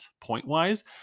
point-wise